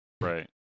Right